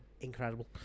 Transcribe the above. incredible